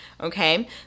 Okay